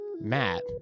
matt